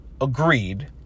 agreed